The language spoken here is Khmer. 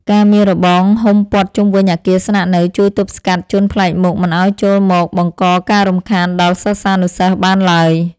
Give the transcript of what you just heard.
ការមានរបងហ៊ុមព័ទ្ធជុំវិញអគារស្នាក់នៅជួយទប់ស្កាត់ជនប្លែកមុខមិនឱ្យចូលមកបង្កការរំខានដល់សិស្សានុសិស្សបានឡើយ។